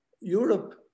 Europe